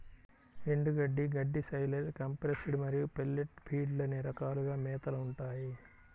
ఎండుగడ్డి, గడ్డి, silage, compressed మరియు పెల్లెట్ ఫీడ్లు అనే రకాలుగా మేతలు ఉంటాయి